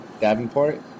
Davenport